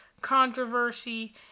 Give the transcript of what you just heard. controversy